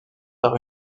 par